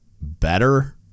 better